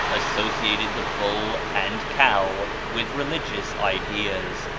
associated the bull and cow with religious ideas,